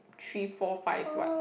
three four five is what